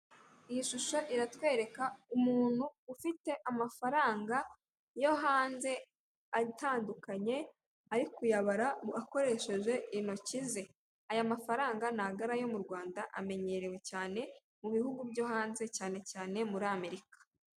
Iyi shusho iratwereka umuntu ufite amafaranga yo hanze atandukanye ari kuyabara akoresheje intoki ze, aya mafaranga ntago ari ayo mu Rwanda amenyerewe cyane mu bihugu byo hanze cyane cyane muri Amerika.